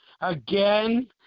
again